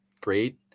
great